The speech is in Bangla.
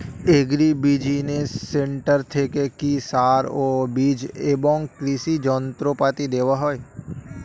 এগ্রি বিজিনেস সেন্টার থেকে কি সার ও বিজ এবং কৃষি যন্ত্র পাতি দেওয়া হয়?